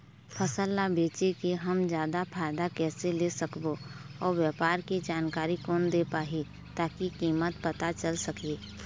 फसल ला बेचे के हम जादा फायदा कैसे ले सकबो अउ व्यापार के जानकारी कोन दे पाही ताकि कीमत पता चल सके?